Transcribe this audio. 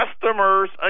customers